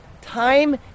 time